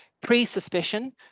pre-suspicion